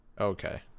okay